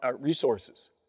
resources